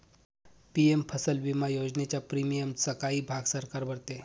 PM फसल विमा योजनेच्या प्रीमियमचा काही भाग सरकार भरते